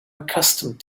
accustomed